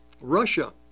Russia